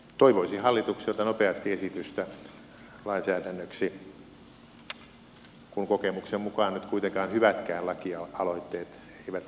toivoisin hallitukselta nopeasti esitystä lainsäädännöksi kun kokemuksen mukaan nyt kuitenkaan hyvätkään lakialoitteet eivät usein johda tulokseen